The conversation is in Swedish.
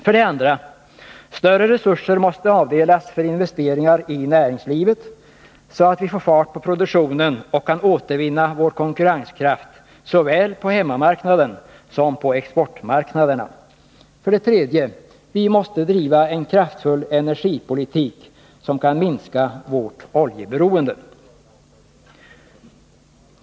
För det andra: Större resurser måste avdelas för investeringar i näringslivet, så att vi får fart på produktionen och kan återvinna vår konkurrenskraft såväl på hemmamarknaden som på exportmarknaderna. För det tredje: Vi måste driva en kraftfull energipolitik som kan minska vårt oljeberoende.